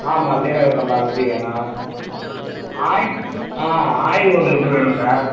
ஆமாம் ஜீரக சம்பா அரிசி வேணும் ஆயி ஆ ஆயில் ஒரு லிட்ரு வேணும் சார்